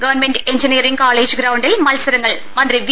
government engineering college ഗ്രൌണ്ടിൽ മത്സരങ്ങൾ മന്ത്രി വി